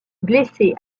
blessé